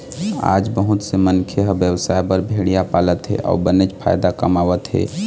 आज बहुत से मनखे ह बेवसाय बर भेड़िया पालत हे अउ बनेच फायदा कमावत हे